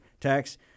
tax